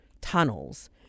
tunnels